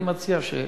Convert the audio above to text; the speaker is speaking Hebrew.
אני מציע שפחות,